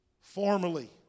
formally